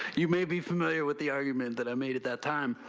you may be familiar with the argument that i made at that time